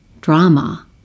drama